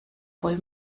voll